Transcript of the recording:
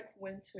winter